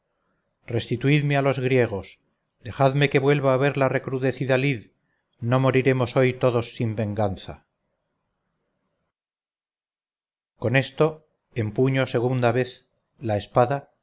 vencidos restituidme a los griegos dejadme que vuelva a ver la recrudecida lid no moriremos hoy todos sin venganza con esto empuño segunda vez la espada